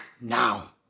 now